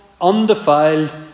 undefiled